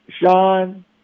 Sean